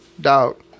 Doubt